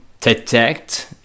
detect